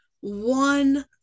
one